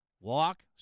Walk